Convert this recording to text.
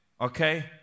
okay